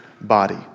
body